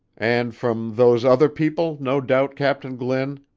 and from those other people, no doubt, captain glynn,